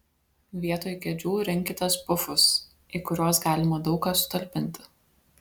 vietoj kėdžių rinkitės pufus į kuriuos galima daug ką sutalpinti